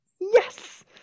yes